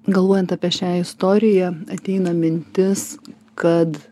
galvojant apie šią istoriją ateina mintis kad